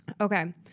Okay